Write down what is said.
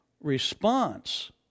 response